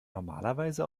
normalerweise